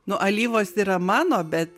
nu alyvos yra mano bet